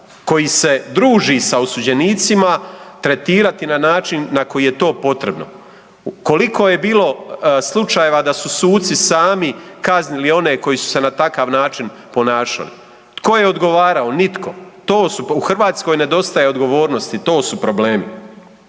koji se druži sa osuđenicima, tretirati na način na koji je to potrebno. Koliko je bilo slučajeva da su suci sami kaznili one koje koji su se na takav način ponašali. Tko je odgovarao? Nitko. U Hrvatskoj nedostaje odgovornosti, to su problemi.